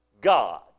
God